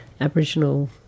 Aboriginal